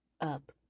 up